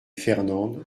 fernande